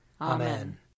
Amen